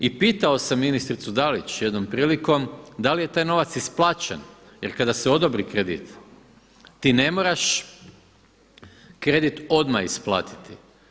I pitao sam ministricu Dalić jednom prilikom, da li je taj novac isplaćen jer kada se odobri kredit, ti ne moraš kredit odmah isplatiti.